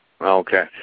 Okay